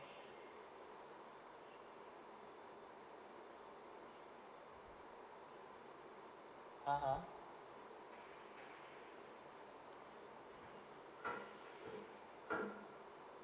(uh huh)